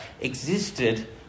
existed